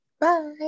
Bye